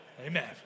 Amen